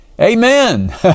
Amen